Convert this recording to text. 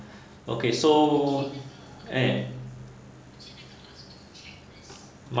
okay so eh